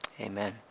Amen